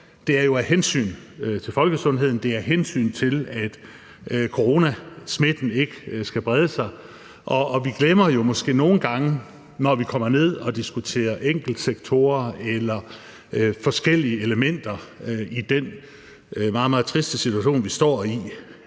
Det er jo af hensyn til folkesundheden, det er af hensyn til, at coronasmitten ikke skal brede sig. Vi glemmer måske nogle gange, når vi kommer ned og diskuterer enkelte sektorer eller forskellige elementer i den meget triste situation, vi står i,